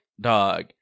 dog